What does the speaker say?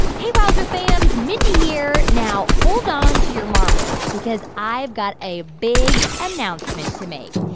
hey, wowzer fams. mindy here. now hold on to your marbles because i've got a big announcement to make.